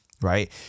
right